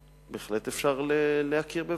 שבהחלט אפשר להכיר בבתי-ספר,